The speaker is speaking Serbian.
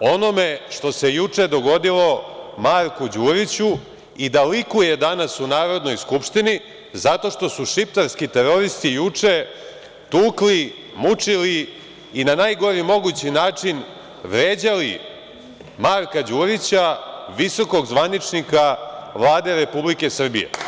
onome što se juče dogodilo Marku Đuriću i da likuje danas u Narodnoj skupštini zato što su šiptarski teroristi juče tukli, mučili i na najgori mogući način vređali Marka Đurića, visokog zvaničnika Vlade Republike Srbije.